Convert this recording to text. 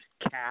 Cap